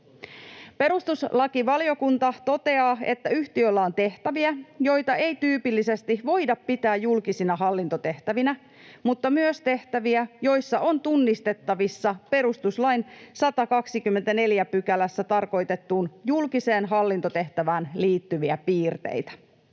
Perustuslakivaliokunta toteaa, että yhtiöllä on tehtäviä, joita ei tyypillisesti voida pitää julkisina hallintotehtävinä, mutta myös tehtäviä, joissa on tunnistettavissa perustuslain 124 §:ssä tarkoitettuun julkiseen hallintotehtävään liittyviä piirteitä.